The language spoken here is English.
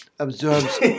absorbs